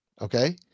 Okay